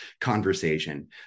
conversation